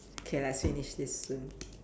K let's finish this soon